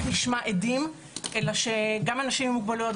נשמע עדים אלא שגם אנשים עם מוגבלויות,